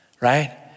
right